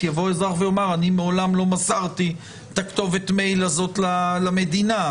אזרח יאמר: מעולם לא מסרתי את כתובת המייל הזו למדינה.